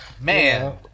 man